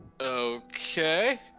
okay